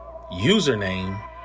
username